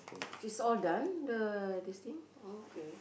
which is all done the these things okay